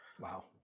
Wow